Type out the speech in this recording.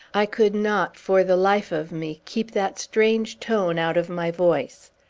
i could not, for the life of me, keep that strange tone out of my voice.